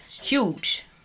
huge